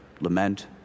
lament